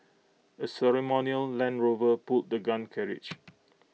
A ceremonial land Rover pulled the gun carriage